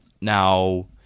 now